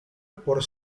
por